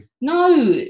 No